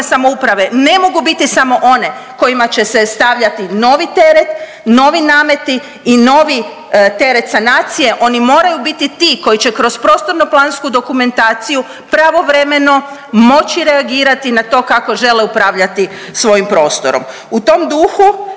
samouprave ne mogu biti samo one kojima će se stavljati novi teret, novi nameti i novi teret sanacije, oni moraju biti ti koji će kroz prostorno-plansku dokumentaciju pravovremeno moći reagirati na to kako žele upravljati svojim prostorom. U tom dugu